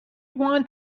want